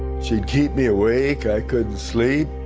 keep me awake. i couldn't sleep.